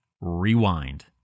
Rewind